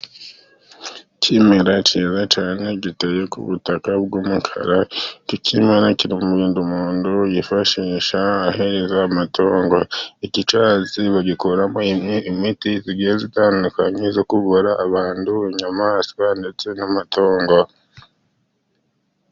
Ikimera kiza cyane giteye ku butaka bw'umukara, icyo kimera kiri mu bintu umuntu yifashisha ahereza amatungo. Iki cyatsi bagikoramo imiti igiye itandukanye yo kuvura abantu, inyamaswa ndetse n'amatungo.